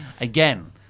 again